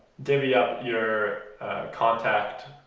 divvy up your contact